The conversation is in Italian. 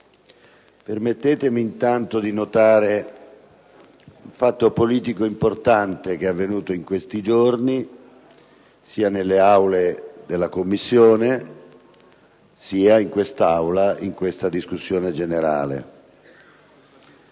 permettetemi anzitutto di notare un fatto politico importante che è avvenuto in questi giorni, sia in sede di Commissione, sia in quest'Aula, nel corso della discussione generale